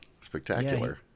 spectacular